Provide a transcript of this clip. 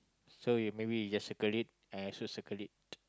so you maybe you just circle it I also circle it